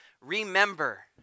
remember